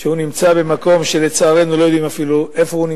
שנמצא במקום שלצערנו לא יודעים אפילו איפה הוא,